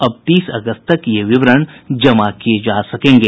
अब तीस अगस्त तक ये विवरण जमा किए जा सकेंगे